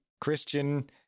Christian